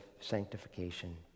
sanctification